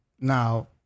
Now